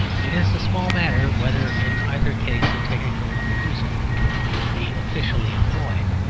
it is a small matter whether in either case a technical refusal would be officially employed.